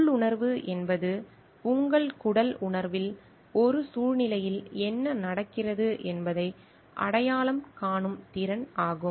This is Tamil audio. உள்ளுணர்வு என்பது உங்கள் குடல் உணர்வில் ஒரு சூழ்நிலையில் என்ன நடக்கிறது என்பதை அடையாளம் காணும் திறன் ஆகும்